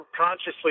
consciously